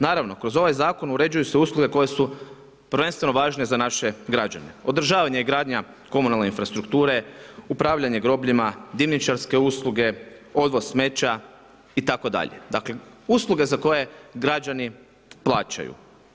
Naravno kroz ovaj zakon uređuju se usluge koje su prvenstveno važne za naše građane, održavanje i gradanja komunalne infrastrukture, upravljanje grobljima, dimnjačarske usluge, odvoz smeća itd., dakle usluge za koje građani plaćaju.